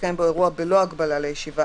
לעניין רכבל,